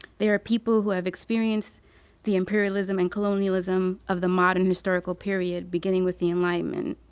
there are people who have experienced the imperialism and colonialism of the modern historical period beginning with the enlightenment.